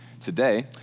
today